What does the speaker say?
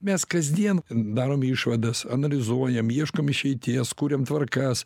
mes kasdien darom išvadas analizuojam ieškom išeities kūriam tvarkas